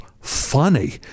funny